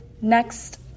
Next